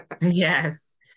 Yes